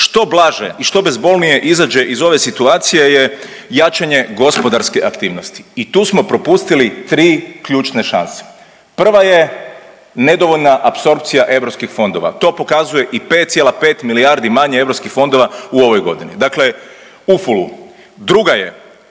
što blaže i što bezbolnije izađe iz ove situacije je jačanje gospodarske aktivnosti i tu smo propustili 3 ključne šanse. Prva je nedovoljna apsorpcija EU fondova, to pokazuje i 5,5 milijardi manje EU fondova u ovoj godini. Dakle ufulu. Druga je